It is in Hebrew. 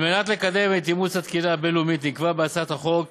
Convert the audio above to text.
על מנת לקדם את אימוץ התקינה הבין-לאומית נקבע בהצעת החוק